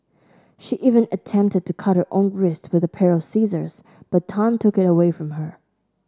she even attempted to cut her own wrists with a pair of scissors but Tan took it away from her